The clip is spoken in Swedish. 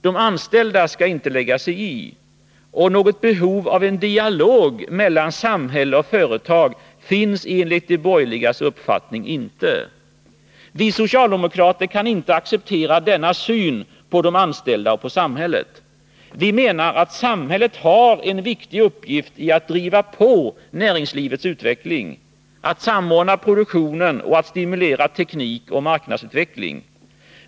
De anställda skall inte lägga sig i. Något behov av en dialog mellan samhälle och företag finns enligt de borgerligas uppfattning inte. Vi socialdemokrater kan inte acceptera denna syn på de anställda och på samhället. Vi menar att samhället har en viktig uppgift i att driva på näringslivets utveckling — att samordna produktionen och att stimulera teknik och marknadsutveckling.